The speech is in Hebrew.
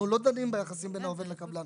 אנחנו לא דנים ביחסים בין העובד לקבלן.